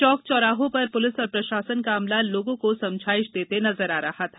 चौक चौराहों पर पुलिस और प्रशासन का अमला लोगों को समझाइश देते नजर आ रहा था